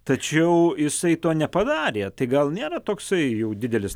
tačiau jisai to nepadarė tai gal nėra toksai jau didelis